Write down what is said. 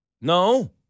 No